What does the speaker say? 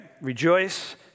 rejoice